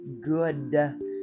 good